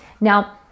Now